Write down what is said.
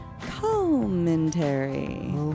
commentary